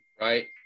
right